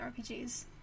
RPGs